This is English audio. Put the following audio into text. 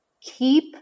keep